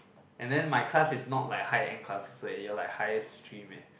and then my class is not like high end classses eh you're like highest stream leh